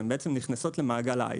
הם בעצם נכנסות למעגל ההייטק.